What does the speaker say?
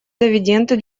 дивиденды